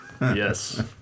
yes